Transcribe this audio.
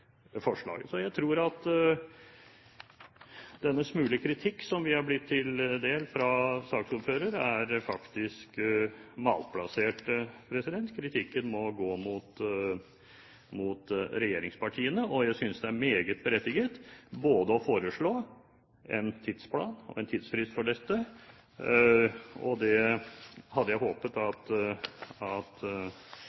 forslaget. Jeg mener at den smule kritikk fra saksordføreren som har blitt oss til del, er malplassert. Kritikken må rettes mot regjeringspartiene. Jeg synes det er meget berettiget å foreslå både en tidsplan og en tidsfrist for dette, og det vil jeg